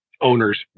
owners